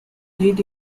heat